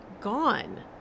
gone